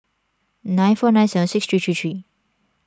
nine four nine seven six three three three